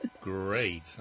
Great